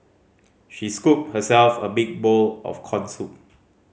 she scooped herself a big bowl of corn soup